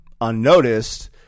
unnoticed